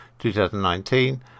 2019